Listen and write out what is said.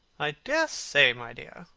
i dare say, my dear,